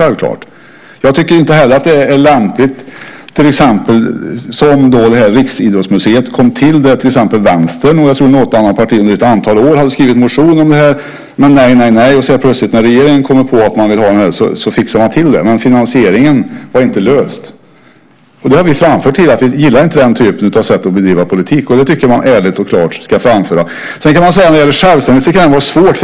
Jag tycker inte heller att det sätt på vilket till exempel Riksidrottsmuseet kom till är lämpligt. Vänstern och kanske något annat parti hade under ett antal år skrivit motioner om detta, men det var nej, nej, nej. När sedan regeringen plötsligt kommer på att man vill ha detta fixar man till det, men finansieringen var inte löst. Vi har tidigare framfört att vi inte gillar den typen av sätt att bedriva politik. Det tycker jag att man ärligt och klart ska framföra. Sedan kan ju detta med självständigheten vara svårt.